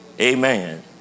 Amen